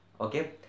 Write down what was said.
Okay